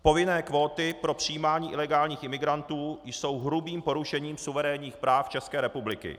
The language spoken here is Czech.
Povinné kvóty pro přijímání ilegální imigrantů jsou hrubým porušením suverénních práv České republiky.